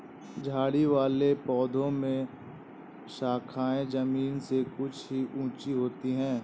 झाड़ी वाले पौधों में शाखाएँ जमीन से कुछ ही ऊँची होती है